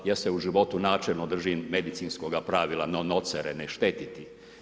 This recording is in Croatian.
Ja se u životu načelno držim medicinskoga pravila non nocere, ne štetiti.